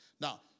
Now